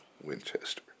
Winchester